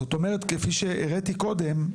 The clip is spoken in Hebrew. זאת אומרת, כפי שהראיתי קודם,